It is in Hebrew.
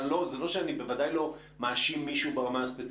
אבל זה לא שאני בוודאי מאשים מישהו ברמה הספציפית.